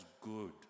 good